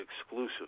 Exclusive